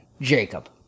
Jacob